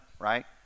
right